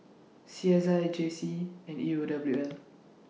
C S I J C and E rule W L